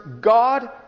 God